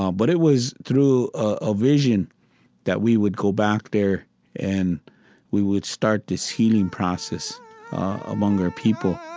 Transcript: um but it was through a vision that we would go back there and we would start this healing process among our people